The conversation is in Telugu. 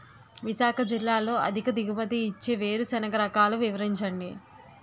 విశాఖ జిల్లాలో అధిక దిగుమతి ఇచ్చే వేరుసెనగ రకాలు వివరించండి?